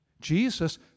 Jesus